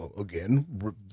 again